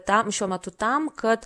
tam šiuo metu tam kad